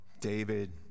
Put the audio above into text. David